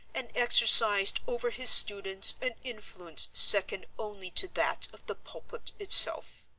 and exercised over his students an influence second only to that of the pulpit itself.